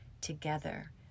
together